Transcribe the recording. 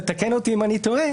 ותקן אותי אם אני טועה,